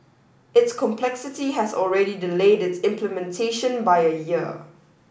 its complexity has already delayed its implementation by a year